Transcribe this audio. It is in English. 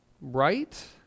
right